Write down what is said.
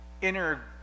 inner